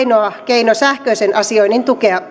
ei ole ainoa keino sähköisen asioinnin